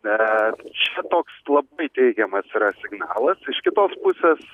bet čia toks labai teigiamas yra signalas iš kitos pusės